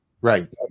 Right